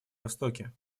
востоке